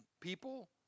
people